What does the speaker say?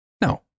No